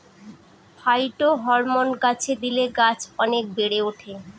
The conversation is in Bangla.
ফাইটোহরমোন গাছে দিলে গাছ অনেক বেড়ে ওঠে